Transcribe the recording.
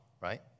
right